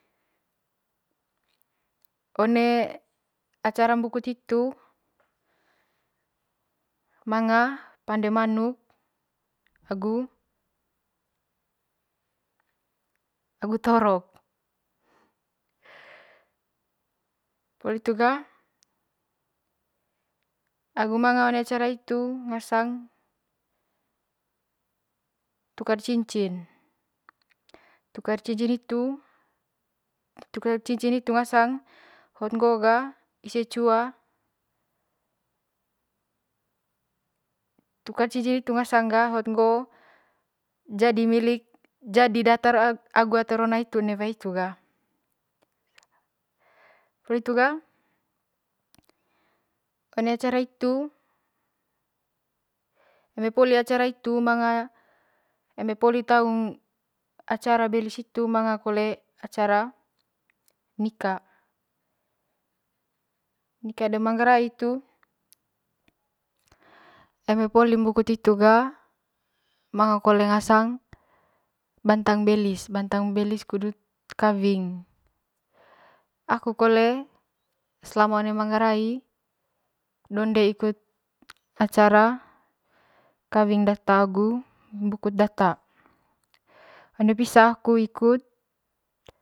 One acara mbukut hitu manga pande manuk agu torok poli hitu ga agu manga one acara hitu ngasangn tukar cincin manga tukar cincin tukar cincin hitu ngasangn hot ngo ga ise cua tukar cincin hitu ngasngn ga hot ngo'o jadi milik jadi ata rona hitu agu inewai hitu ga poli hitu ga one acara htitu manga eme poli taung acara belis hitu manga kole acara nika nika de manggarai hitu eme poli mbukut hitu ga manga kole ngasangn bantang belis'bantang belis kudut kawing aku kole selama one manggarai donde ikutr acara kawing data agu mbukut data one pisa aku ikut.